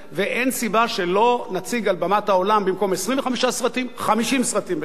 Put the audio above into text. ואין סיבה שלא נציג על במת העולם במקום 25 סרטים 50 סרטים בשנה,